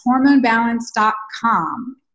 HormoneBalance.com